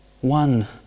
one